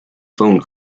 phone